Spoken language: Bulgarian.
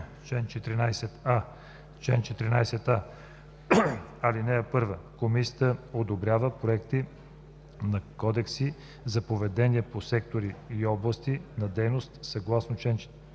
„Чл. 14а. (1) Комисията одобрява проекти на кодекси за поведение по сектори и области на дейност съгласно чл. 40